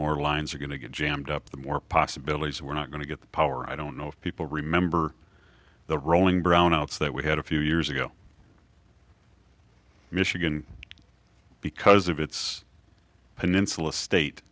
more lines are going to get jammed up the more possibilities we're not going to get the power i don't know if people remember the rolling brownouts that we had a few years ago michigan because of its peninsula state